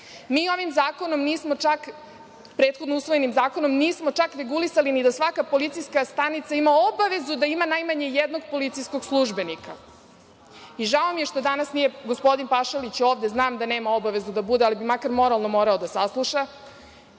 Mi ovim zakonom nismo čak, prethodno usvojenim zakonom nismo čak regulisali ni da svaka policijska stanica ima obavezu da ima najmanje jednog policijskog službenika. Žao mi je što nije gospodin Pašalić danas ovde, znam da nema obavezu da bude, ali bi makar moralno morao da sasluša.